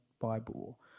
Bible